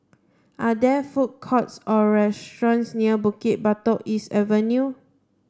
are there food courts or restaurants near Bukit Batok East Avenue